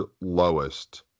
lowest